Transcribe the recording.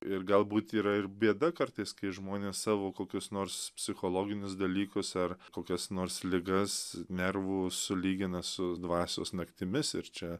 ir galbūt yra ir bėda kartais kai žmonės savo kokius nors psichologinius dalykus ar kokias nors ligas nervų sulygina su dvasios naktimis ir čia